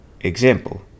example